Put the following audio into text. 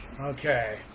Okay